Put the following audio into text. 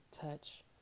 touch